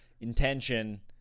intention